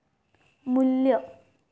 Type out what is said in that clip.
मू्ल्य